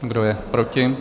Kdo je proti?